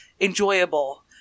enjoyable